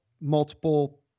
multiple